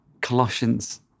Colossians